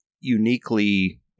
uniquely